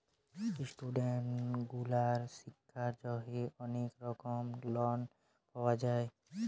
student গুলার শিক্ষার জন্হে অলেক রকম লন পাওয়া যায়